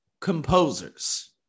composers